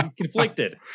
Conflicted